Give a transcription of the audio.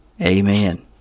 Amen